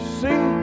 see